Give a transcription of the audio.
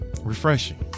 refreshing